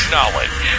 Knowledge